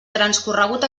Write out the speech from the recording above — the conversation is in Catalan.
transcorregut